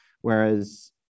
Whereas